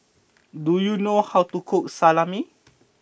do you know how to cook Salami